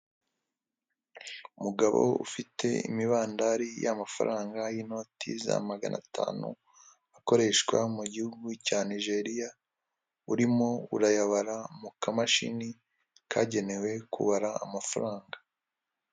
Umugabo ufite imibandari y'amafaranga y'inoti za magana atanu, akoreshwa mu gihugu cya nigeriya ,urimo urayabara mu kamashini kagenewe kubara amafaranga.